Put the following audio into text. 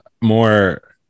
more